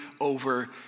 over